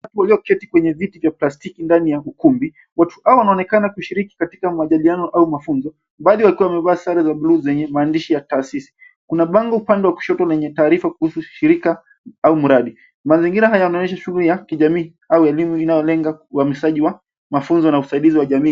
Watu walioketi kwenye viti za plastiki ndani ya ukumbi. Watu hao wanaonekana kushiriki majadiliano au mafunzo, baadhi wakiwa wamevaa sare za blue zenye maandishi ya taasisi. Kuna bango pande wa kushoto lenye taarifa kuhusu shirika au mradi. Mazingira haya yanaonyesha shughuli ya kijamii au elimu inayolenga uamishaji wa mafunzo na usaidizi wa jamii.